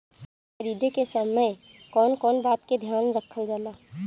बीया खरीदे के समय कौन कौन बात के ध्यान रखल जाला?